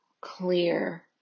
clear